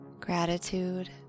Gratitude